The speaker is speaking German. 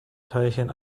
teilchen